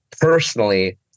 personally